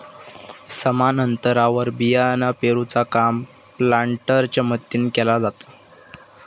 समान अंतरावर बियाणा पेरूचा काम प्लांटरच्या मदतीने केला जाता